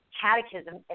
catechism